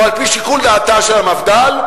או על-פי שיקול דעתה של המפד"ל,